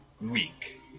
weak